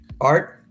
Art